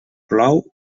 plou